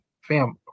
Fam